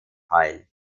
teil